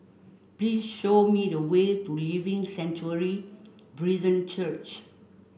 please show me the way to Living Sanctuary Brethren Church